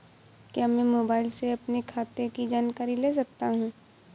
क्या मैं मोबाइल से अपने खाते की जानकारी ले सकता हूँ?